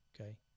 okay